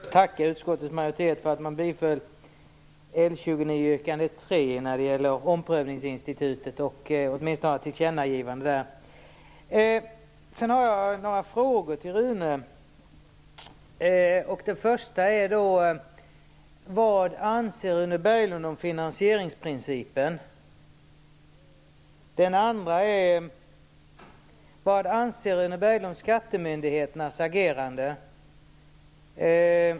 Herr talman! Jag vill tacka utskottets majoritet för att man tillstyrker L29 yrkande 3 som gäller omprövningsinstitutet och åtminstone vill göra ett tillkännagivande där. Sedan har jag några frågor till Rune Berglund. Den första är: Vad anser Rune Berglund om finansieringsprincipen? Den andra är: Vad anser Rune Berglund om skattemyndigheternas agerande?